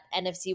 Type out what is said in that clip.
NFC